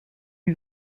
lui